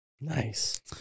Nice